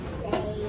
say